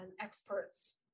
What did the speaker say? experts